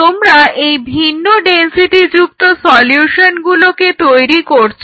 তোমরা এই ভিন্ন ডেনসিটি যুক্ত সলিউশনগুলোকে তৈরি করছ